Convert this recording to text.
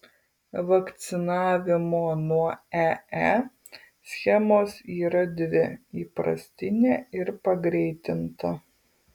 vakcinavimo nuo ee schemos yra dvi įprastinė ir pagreitinta